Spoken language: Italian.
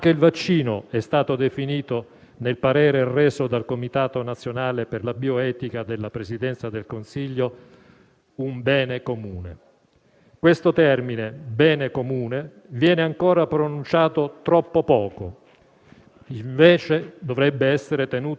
Questo termine - bene comune - viene ancora pronunciato troppo poco: dovrebbe invece essere tenuto a mente e divenire fine delle azioni che quotidianamente compiamo, il bene comune.